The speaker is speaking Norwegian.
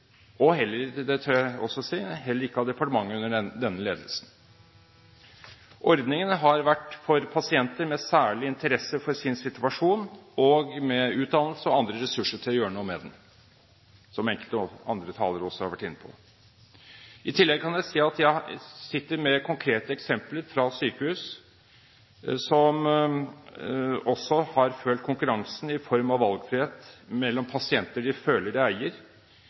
og, det tør jeg også si, heller ikke av departementet under denne ledelsen. Ordningen har vært for pasienter med særlig interesse for sin situasjon og med utdannelse og andre ressurser til å gjøre noe med den – som enkelte andre talere også har vært inne på. I tillegg kan jeg si at jeg sitter med konkrete eksempler fra sykehus som også har følt konkurransen på grunn av valgfriheten for pasienter de føler de eier,